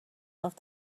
off